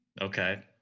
Okay